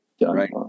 Right